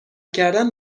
کردن